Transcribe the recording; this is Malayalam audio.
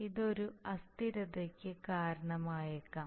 ഇത് ഒരു അസ്ഥിരതയ്ക്ക് കാരണമായേക്കാം